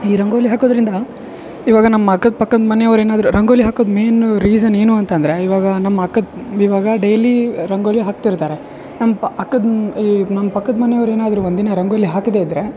ಈ ರಂಗೋಲಿ ಹಾಕೋದ್ರಿಂದ ಇವಾಗ ನಮ್ಮ ಅಕ್ಕದ ಪಕ್ಕದ ಮನೆಯವ್ರು ಏನಾದರು ರಂಗೋಲಿ ಹಾಕೋದು ಮೈನು ರೀಸನ್ ಏನು ಅಂತಂದ್ರೆ ಇವಾಗ ನಮ್ಮ ಅಕ್ಕದ ಇವಾಗ ಡೈಲಿ ರಂಗೋಲಿ ಹಾಕ್ತಿರ್ತಾರೆ ನಮ್ಮ ಪ ಅಕ್ಕದ ಈ ನಮ್ಮ ಪಕ್ಕದ ಮನೆಯವ್ರು ಏನಾದರು ಒಂದಿನ ರಂಗೋಲಿ ಹಾಕದೇ ಇದ್ರೆ